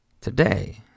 today